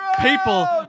People